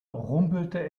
rumpelte